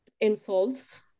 insults